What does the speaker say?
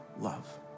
love